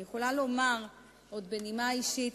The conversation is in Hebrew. אני יכולה לומר עוד בנימה אישית,